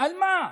על מה?